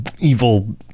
evil